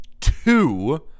two